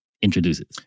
Introduces